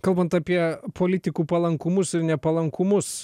kalbant apie politikų palankumus ir nepalankumus